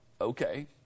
okay